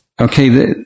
Okay